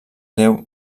déu